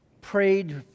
prayed